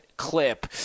Clip